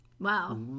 Wow